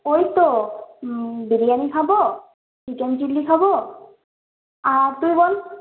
ওই তো বিরিয়ানি খাবো চিকেন চিলি খাবো আর তুই বল